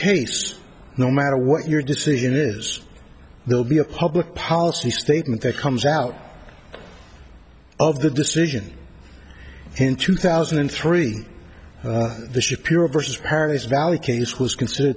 case no matter what your decision is they'll be a public policy statement that comes out of the decision in two thousand and three the shapiro versus paris valley case was considered